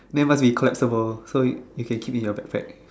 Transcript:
then must be quite small so you can keep it in your backpack